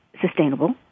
sustainable